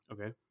Okay